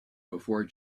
before